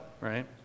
right